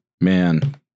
man